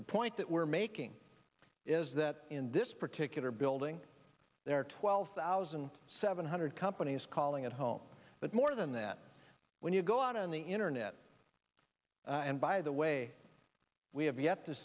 that point that we're making is that in this particular building there are twelve thousand seven hundred companies calling it home but more than that when you go out on the internet and by the way we have yet to